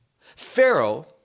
pharaoh